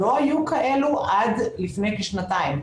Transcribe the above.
לא היו כאלה עד לפני כשנתיים.